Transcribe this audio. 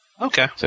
Okay